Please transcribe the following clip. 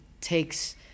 takes